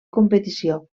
competició